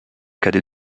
cadet